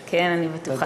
כן, אני בטוחה.